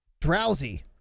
Drowsy